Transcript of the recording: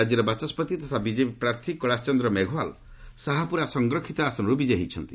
ରାଜ୍ୟର ବାଚସ୍କତି ତଥା ବିଜେପି ପ୍ରାର୍ଥୀ କେିଳାସ ଚନ୍ଦ୍ର ମେଘୱାଲ୍ ସାହାପୁରା ସଂରକ୍ଷିତ ଆସନରୁ ବିଜୟୀ ହୋଇଛନ୍ତି